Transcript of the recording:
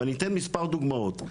ואני אתן מספר דוגמאות,